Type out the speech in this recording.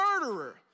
murderer